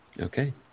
Okay